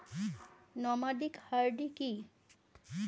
Nomadic hardy কি?